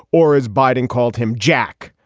or as biden called him, jack.